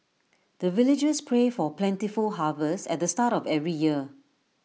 the villagers pray for plentiful harvest at the start of every year